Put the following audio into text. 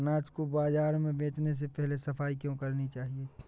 अनाज को बाजार में बेचने से पहले सफाई क्यो करानी चाहिए?